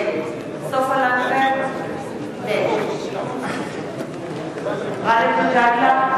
נגד סופה לנדבר, נגד גאלב מג'אדלה,